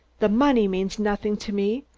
the money means nothing to me.